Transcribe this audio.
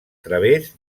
través